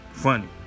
Funny